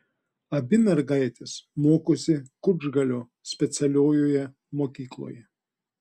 abi mergaitės mokosi kučgalio specialiojoje mokykloje